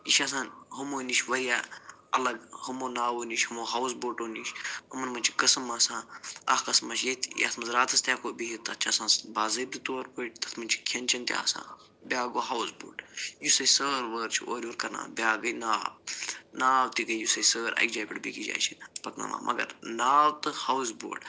یہِ چھِ آسان ہُمو نِش وارِیاہ الگ ہُمو ناوو نِش ہُمو ہاوُس بوٹو نِش یِمن منٛز چھِ قٕسم آسان اکھ قٕسم حظ چھِ ییٚتہِ یتھ منٛز راتس تہِ ہٮ۪کو بِہتھ تتھ چھِ آسان باضٲبتہٕ طور پٲٹھۍ تَتھ منٛز چھُ کھٮ۪ن چٮ۪ن تہِ آسان بیٛاکھ گوٚو ہاوُس بوٹ یُس أسۍ سٲل وٲر چھِ اورٕ یور کَرناوان بیٛاکھ ناو ناو تہِ گٔے یُس أسۍ سٲر اَکہِ جایہِ پٮ۪ٹھ بیکِس جایہِ چھِ پکناوان مگر ناو تہٕ ہاوُس بوٹ